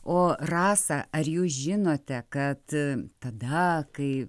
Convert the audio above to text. o rasa ar jūs žinote kad tada kai